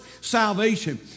salvation